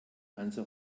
hansa